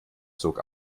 zog